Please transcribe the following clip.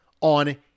on